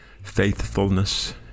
faithfulness